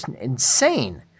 insane